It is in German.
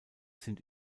sind